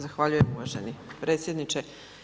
Zahvaljujem uvaženi predsjedniče.